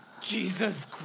Jesus